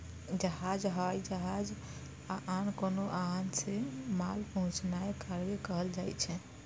जहाज, हवाई जहाज या आन कोनो वाहन सं माल पहुंचेनाय कार्गो कहल जाइ छै